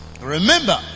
Remember